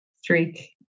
streak